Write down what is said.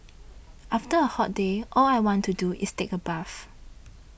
after a hot day all I want to do is take a bath